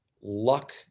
luck